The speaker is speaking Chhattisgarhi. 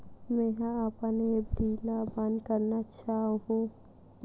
मेंहा अपन एफ.डी ला बंद करना चाहहु